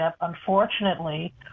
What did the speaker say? unfortunately